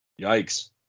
Yikes